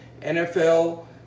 NFL